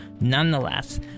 nonetheless